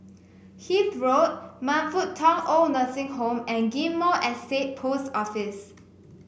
Hythe Road Man Fut Tong OId Nursing Home and Ghim Moh Estate Post Office